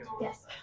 Yes